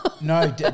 No